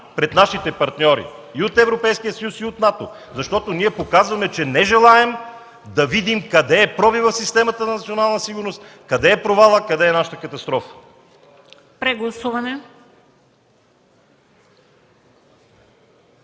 пред нашите партньори и от Европейския съюз, и от НАТО, защото ние показваме, че не желаем да видим къде е пробивът в системата на „Национална сигурност”, къде е провалът, къде е нашата катастрофа. ПРЕДСЕДАТЕЛ